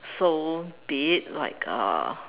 so be it like uh